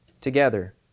together